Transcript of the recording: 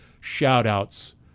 shout-outs